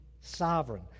sovereign